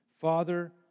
Father